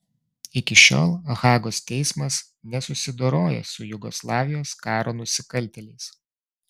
iki šiol hagos teismas nesusidoroja su jugoslavijos karo nusikaltėliais